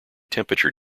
temperature